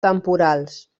temporals